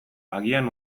agian